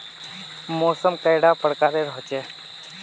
मौसम कैडा प्रकारेर होचे?